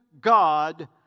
God